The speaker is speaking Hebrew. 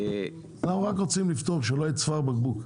אנחנו רק רוצים לפתור שלא יהיה צוואר בקבוק,